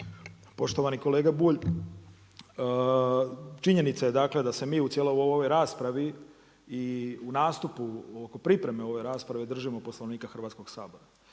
Poštovani kolega Bulj, činjenica je dakle da se mi u cijeloj ovoj raspravi i u nastupu oko pripreme ove rasprave držimo Poslovnika Hrvatskog sabora.